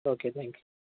okay thank you